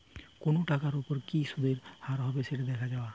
কোনো টাকার ওপর কি সুধের হার হবে সেটা দেখে যাওয়া